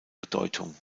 bedeutung